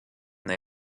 they